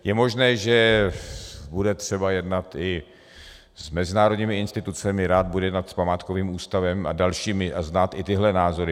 Je možné, že bude třeba jednat i s mezinárodními institucemi, rád budu jednat s památkovým ústavem a dalšími a znát i tyhle názory.